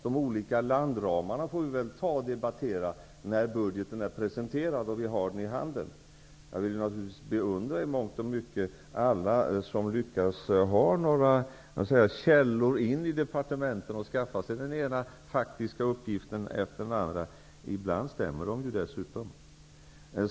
De olika landramarna får vi väl debattera när budgeten är presenterad och vi har den i handen. Jag kan naturligtvis i mångt och mycket beundra alla dem som har källor inne i departementen och lyckas skaffa sig den ena faktiska uppgiften efter den andra. Ibland stämmer de dessutom.